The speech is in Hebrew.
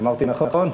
אמרתי נכון?